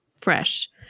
fresh